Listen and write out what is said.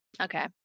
Okay